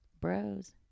Bros